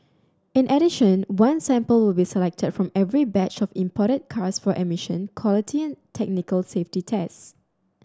in addition one sample will be selected from every batch of imported cars for emission quality and technical safety tests